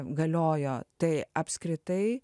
galiojo tai apskritai